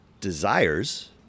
desires